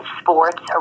sports